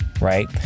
right